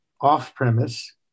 off-premise